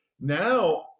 Now